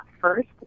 first